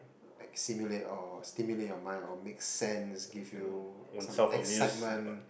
like simulate or stimulate your mind or make sense give you some excitement